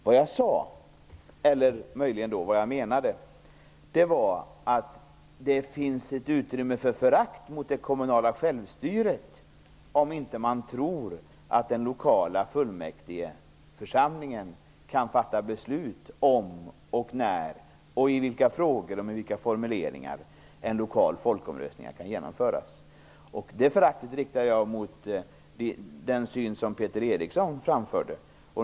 Vad jag sade, eller möjligen menade, var att det finns ett utrymme för förakt mot det kommunala självstyret om man inte tror att den lokala fullmäktigeförsamlingen kan fatta beslut om och när, i vilka frågor och i vilka former en lokal folkomröstning kan genomföras. Det föraktet riktar jag mot den syn som Peter Eriksson framförde.